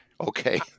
Okay